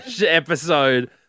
episode